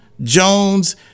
Jones